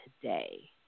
today